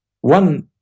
one